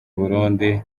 burundi